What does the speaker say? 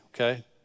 okay